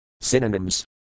Synonyms